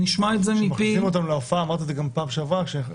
אמרתי את זה גם בפעם שעברה,